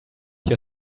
your